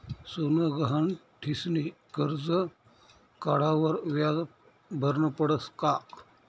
सोनं गहाण ठीसनी करजं काढावर व्याज भरनं पडस का?